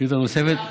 שאילתה נוספת?